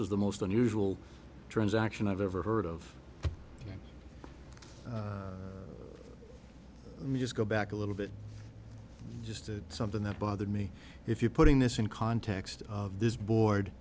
is the most unusual transaction i've ever heard of me just go back a little bit just to something that bothered me if you're putting this in context of this board